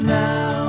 now